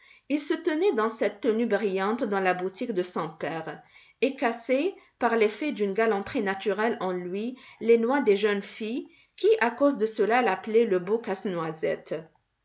il se tenait dans cette tenue brillante dans la boutique de son père et cassait par l'effet d'une galanterie naturelle en lui les noix des jeunes filles qui à cause de cela l'appelaient le beau casse-noisette